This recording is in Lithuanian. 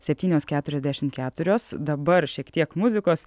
septynios keturiasdešim keturios dabar šiek tiek muzikos